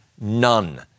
none